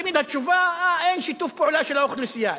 תמיד התשובה: אין שיתוף פעולה של האוכלוסייה.